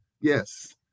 yes